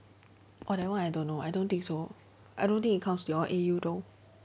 orh that one I don't know I don't think so I don't think it counts into your A_U though